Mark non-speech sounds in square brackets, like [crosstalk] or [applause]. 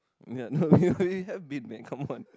ya no [laughs] you you have been man come on